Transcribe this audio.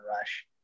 rush